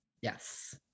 Yes